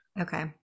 Okay